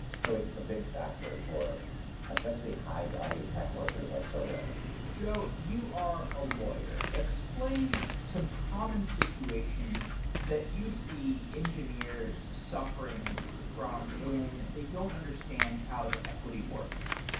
so it's a big factor for especially high value tech workers, like programmers joe, you are a lawyer. explain some common situations that you see engineers suffering from when they don't understand how the equity works.